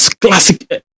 classic